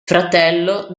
fratello